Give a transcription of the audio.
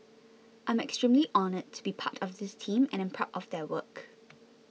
I'm extremely honoured to be part of this team and am proud of their work